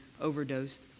overdosed